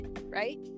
right